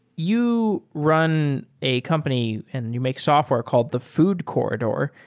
you run a company and you make software called the food corridor.